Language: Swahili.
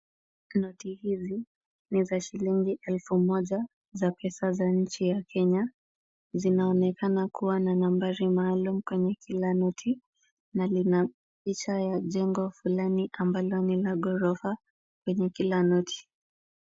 Noti hizi ni za shilingi elfu moja za pesa za nchi ya Kenya. Zinaonekana kuwa na nambari maalum kwenye kila noti na lina picha ya jengo fulani ambalo ni la ghorofa, kwenye kila noti.